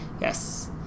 Yes